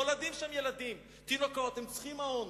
נולדים שם ילדים, תינוקות, הם צריכים מעון.